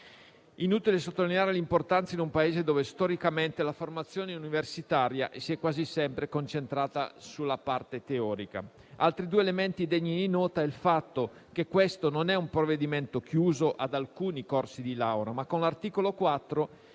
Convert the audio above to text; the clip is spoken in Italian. inutile sottolinearne l'importanza in un Paese in cui storicamente la formazione universitaria si è quasi sempre concentrata sulla parte teorica. Altri due elementi degni di nota sono i seguenti. In primo luogo, questo in esame non è un provvedimento chiuso ad alcuni corsi di laurea: con l'articolo 4